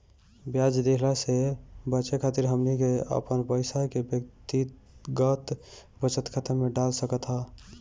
ब्याज देहला से बचे खातिर हमनी के अपन पईसा के व्यक्तिगत बचत खाता में डाल सकत हई